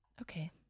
Okay